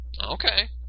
Okay